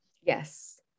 Yes